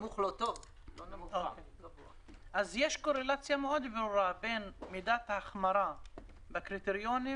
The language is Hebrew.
אז יש קורלציה מאוד ברורה בין מידת ההחמרה בקריטריונים